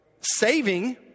Saving